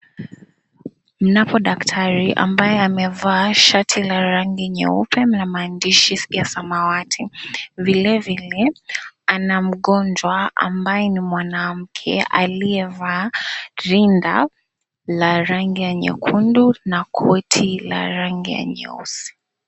Mnapo daktari ambaye amevaa shati la rangi nyeupe na maandishi ya samawati. Vilevile ana mgonjwa ambaye ni mwanamke aliyevaa rinda la rangi ya nyekundu na koti la rangi ya nyeusi.